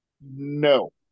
No